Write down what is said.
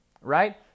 right